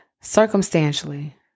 Circumstantially